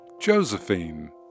Josephine